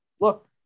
look